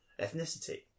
ethnicity